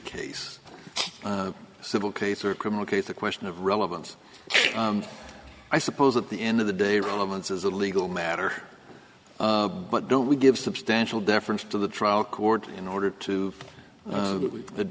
case a civil case or a criminal case the question of relevance i suppose at the end of the day relevance as a legal matter but don't we give substantial deference to the trial court in order to